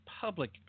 public